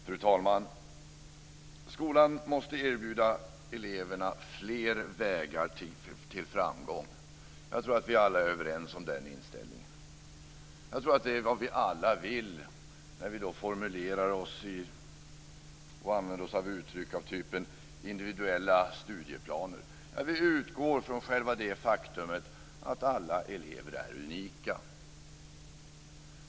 Fru talman! Skolan måste erbjuda eleverna fler vägar till framgång. Jag tror att vi alla är överens om den inställningen. Jag tror att det är vad vi alla vill när vi använder oss av uttryck av typen "individuella studieplaner" och när vi utgår från själva det faktumet att alla elever är unika.